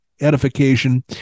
edification